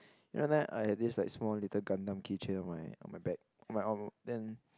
you know that I had this small little Gundam keychain on my on my bag on my then